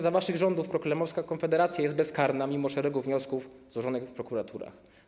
Za waszych rządów prokremlowska Konfederacja jest bezkarna mimo szeregu wniosków złożonych w prokuraturach.